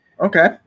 Okay